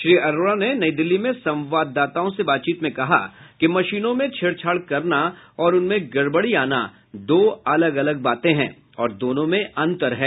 श्री अरोड़ा ने नई दिल्ली में संवाददाताओं से बातचीत में कहा कि मशीनों में छेड़छाड़ करना और उनमें गड़बड़ी आना दो अलग अलग बातें हैं और दोनों में अंतर है